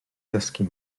ddysgu